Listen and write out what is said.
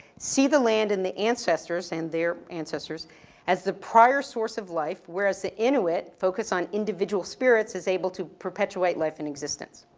see the land and the ancestors, and their ancestors as the prior source of life, whereas the inuit focus on individual spirits as able to perpetuate life and existence.